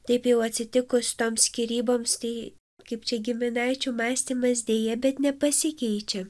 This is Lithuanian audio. taip jau atsitikus toms skyryboms tai kaip čia giminaičių mąstymas deja bet nepasikeičia